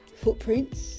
footprints